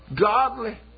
godly